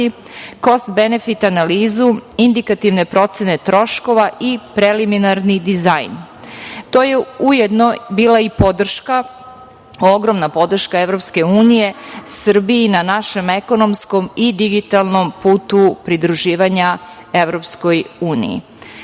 kost benefit analizu, indikativne procene troškova i preliminarni dizajn. To je ujedno bila i podrška, ogromna podrška EU Srbiji na našem ekonomskom i digitalnom putu pridruživanja